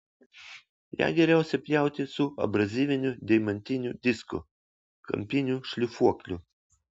ją geriausia pjauti su abrazyviniu deimantiniu disku kampiniu šlifuokliu